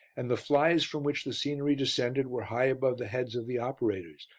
and the flies from which the scenery descended were high above the heads of the operators,